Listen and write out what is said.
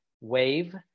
wave